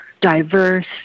diverse